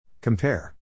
Compare